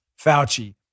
Fauci